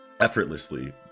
effortlessly